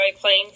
playing